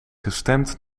gestemd